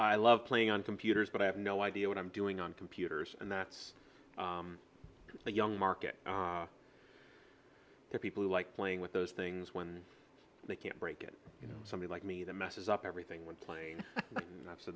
i love playing on computers but i have no idea what i'm doing on computers and that's the young market the people who like playing with those things when they can't break it you know somebody like me that messes up everything when pla